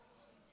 בבקשה.